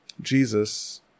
Jesus